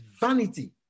vanity